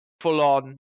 full-on